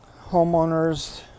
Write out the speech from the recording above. homeowners